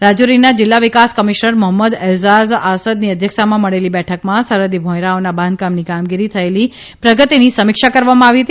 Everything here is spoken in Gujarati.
રાજૌરીના જીલ્લાવિકાસ કમિશ્નર મોહંમદ ઐઝાઝ આસદની અધ્યક્ષતામાં મળેલી બેઠકમાં સરહદી ર્ભોયરાઓના બાંધકામની કામગીરી થયેલી પ્રગતિની સમિક્ષા કરવામાં આવી હતી